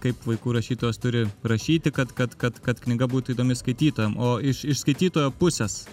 kaip vaikų rašytojas turi rašyti kad kad kad kad knyga būtų įdomi skaitytojam o iš iš skaitytojo pusės